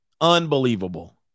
unbelievable